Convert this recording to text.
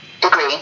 Degree